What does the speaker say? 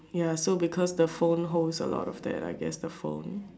ya so because the phone holds a lot of that I guess the phone